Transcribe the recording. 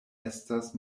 estas